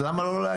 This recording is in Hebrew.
אם כן, למה להקל?